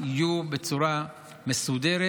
זה יהיה בצורה מסודרת